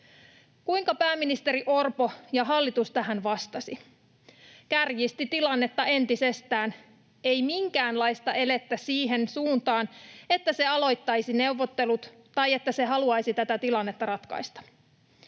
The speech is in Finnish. Kuinka pääministeri Orpo ja hallitus tähän vastasivat? Kärjistivät tilannetta entisestään. Ei minkäänlaista elettä siihen suuntaan, että he aloittaisivat neuvottelut tai että he haluaisivat tätä tilannetta ratkaista.